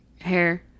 hair